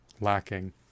lacking